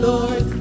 Lord